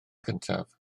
cyntaf